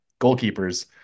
goalkeepers